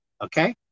Okay